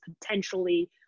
potentially